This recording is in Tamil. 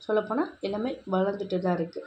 சொல்ல போனால் எல்லாமே வளர்ந்துட்டுதான் இருக்குது